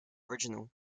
original